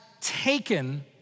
taken